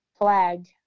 flag